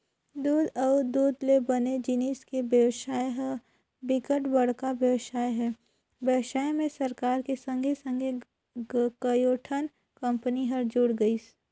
दूद अउ दूद ले बने जिनिस के बेवसाय ह बिकट बड़का बेवसाय हे, बेवसाय में सरकार के संघे संघे कयोठन कंपनी हर जुड़ गइसे